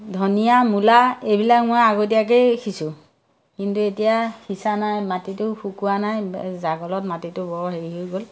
ধনিয়া মূলা এইবিলাক মই আগতীয়াকেই সিঁচোঁ কিন্তু এতিয়া সিঁচা নাই মাটিটো শুকোৱা নাই জাগলত মাটিটো বৰ হেৰি হৈ গ'ল